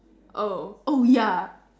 oh oh ya